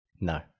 No